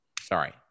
Sorry